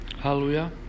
Hallelujah